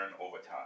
overtime